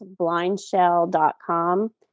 blindshell.com